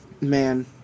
Man